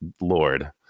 Lord